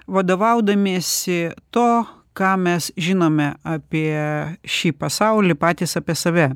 vadovaudamiesi to ką mes žinome apie šį pasaulį patys apie save